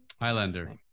Highlander